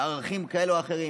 בערכים כאלה או אחרים.